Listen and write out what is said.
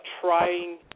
trying